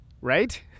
right